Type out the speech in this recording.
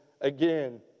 again